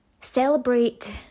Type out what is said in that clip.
celebrate